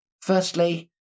Firstly